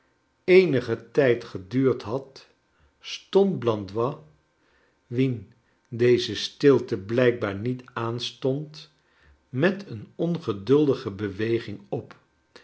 eenigen tijd geduurd had stond blandois wien deze stilte blijkbaar niet aanstond met een ongeduldige beweging op